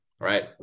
right